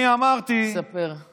אני אמרתי, ספר מה קרה.